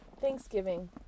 Thanksgiving